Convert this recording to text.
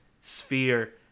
sphere